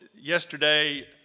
yesterday